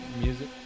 music